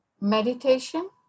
Meditation